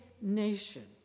nation